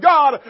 God